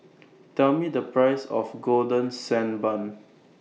Tell Me The Price of Golden Sand Bun